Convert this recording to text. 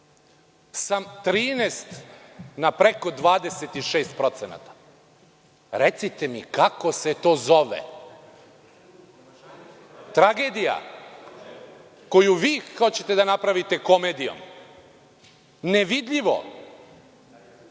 sa 13% na preko 26%. Recite mi, kako se to zove? Tragedija koju vi hoćete da napravite komedijom. Nevidljivo.